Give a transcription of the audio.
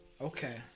Okay